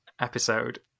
episode